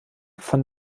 von